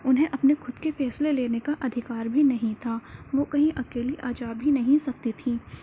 انہیں اپنے خود کے فیصلے لینے کا ادھیکار بھی نہیں تھا وہ کہیں اکیلی آ جا بھی نہیں سکتی تھیں